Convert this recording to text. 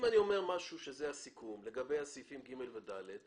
אם אני אומר משהו שהוא הסיכום לגבי סעיפים (ג) ו-(ד),